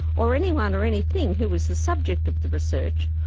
or anyone or anything who is the subject of the research,